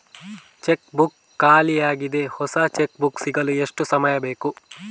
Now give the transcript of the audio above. Check book ಖಾಲಿ ಯಾಗಿದೆ, ಹೊಸ ಚೆಕ್ ಬುಕ್ ಸಿಗಲು ಎಷ್ಟು ಸಮಯ ಬೇಕು?